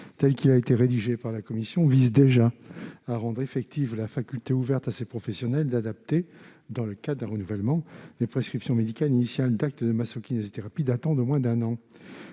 tel qu'il a été rédigé par la commission, vise déjà à rendre effective la faculté ouverte à ces professionnels d'adapter, dans le cadre d'un renouvellement, les prescriptions médicales initiales d'actes de masso-kinésithérapie datant de moins d'un an.